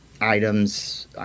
items